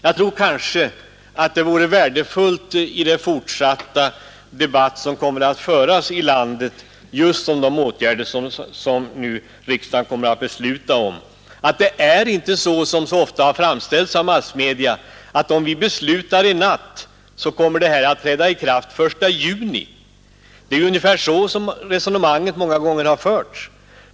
Jag tror att det kanske vore värdefullt om man i den fortsatta debatten i landet framhöll att det inte är så, som det ofta har framställts i massmedia, att de åtgärder som riksdagen kommer att besluta i natt eller i morgon skall träda i kraft den 1 juni — det är ungefär så som resonemanget många gånger har förts.